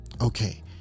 okay